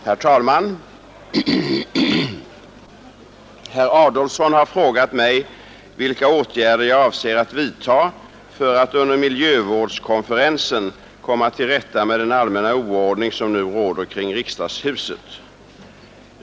Herr talman! Herr Adolfsson har frågat mig vilka åtgärder jag avser att vidta för att under miljövårdskonferensen komma till rätta med den allmänna oordning som nu råder kring riksdagshuset.